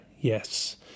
Yes